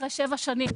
אחרי שבע שנים,